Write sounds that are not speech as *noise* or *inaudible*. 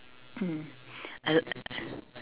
*coughs* I